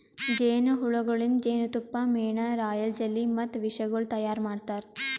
ಜೇನು ಹುಳಗೊಳಿಂದ್ ಜೇನತುಪ್ಪ, ಮೇಣ, ರಾಯಲ್ ಜೆಲ್ಲಿ ಮತ್ತ ವಿಷಗೊಳ್ ತೈಯಾರ್ ಮಾಡ್ತಾರ